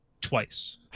twice